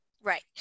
Right